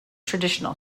traditional